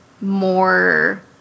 more